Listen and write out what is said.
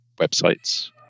websites